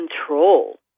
control